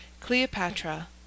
Cleopatra